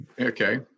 okay